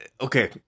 okay